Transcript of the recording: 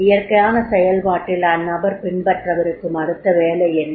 இயற்கையான செயல்பாட்டில் அந்நபர் பின்பற்றவிருக்கும் அடுத்த வேலை என்ன